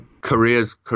careers